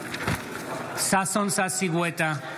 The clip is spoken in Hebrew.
ששון ששי גואטה,